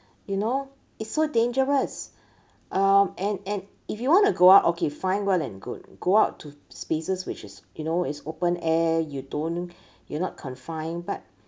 you know it's so dangerous uh and and if you want to go out okay fine well and good go out to spaces which is you know it's open air you don't you're not confined but